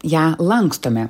ją lankstome